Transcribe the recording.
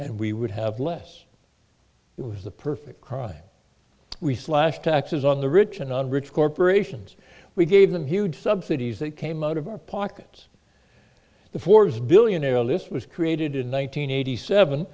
and we would have less it was the perfect crime we slash taxes on the rich and on rich corporations we gave them huge subsidies that came out of our pockets the for's billionaire list was created in one nine hundred eighty seven